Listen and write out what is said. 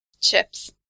Chips